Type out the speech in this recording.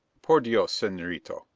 por dios senorito,